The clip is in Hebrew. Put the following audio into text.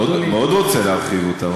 אני מאוד מאוד רוצה להרחיב אותה.